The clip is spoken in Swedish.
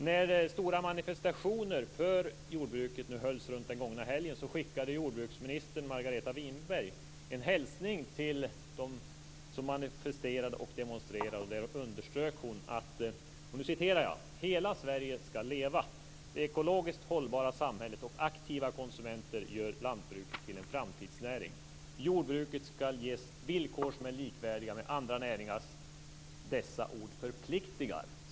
När stora manifestationer för jordbruket hölls runt den gångna helgen skickade jordbruksministern, Margareta Winberg, en hälsning till dem som manifesterade och demonstrerade, där hon underströk: "Hela Sverige skall leva. Det ekologiskt hållbara samhället och aktiva konsumenter gör lantbruket till en framtidsnäring. Jordbruket skall ges villkor som är likvärdiga med andra näringars. Dessa ord förpliktigar."